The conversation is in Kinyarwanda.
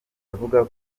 avuga